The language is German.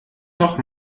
noch